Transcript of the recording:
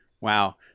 Wow